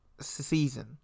season